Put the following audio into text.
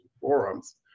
Forums